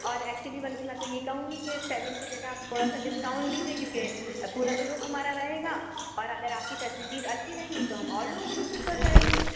اور ایکچولی بلکہ میں تو یہ کہوں گی کہ سیون کے جگہ آپ تھورا سا ڈسکاؤنٹ بھی دیں چونکہ پورا گروپ ہمارا رہے گا اور اگر آپ کی فیسلیٹیز اچھی رہیں گی تو ہم اور لوگوں کو بھی پریفر کریں گے